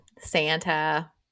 Santa